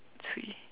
chui